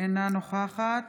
אינה נוכחת